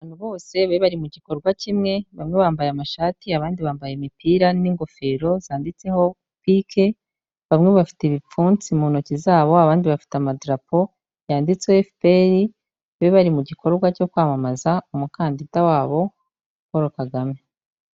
Abantu bose bari bari mu gikorwa kimwe, bamwe bambaye amashati, abandi bambaye imipira n'ingofero zanditseho PK, bamwe bafite ibipfunsi mu ntoki zabo, abandi bafite amadarapo yanditse FPR, bari bari mu gikorwa cyo kwamamaza umukandida wabo Paul Kagame.